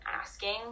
asking